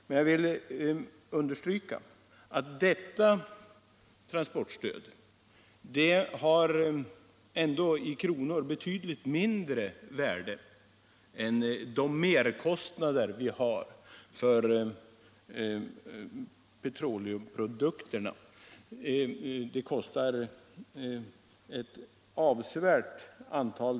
Men jag vill understryka att detta transportstöd ändå i kronor räknat har betydligt mindre värde än de merkostnader vi har för petroleumprodukterna.